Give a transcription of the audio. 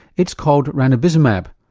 it's called ranibizumab,